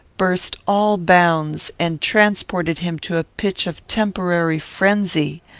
burst all bounds, and transported him to a pitch of temporary frenzy.